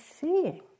seeing